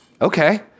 Okay